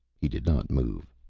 he did not move.